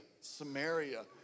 Samaria